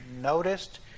noticed